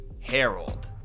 Harold